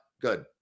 Good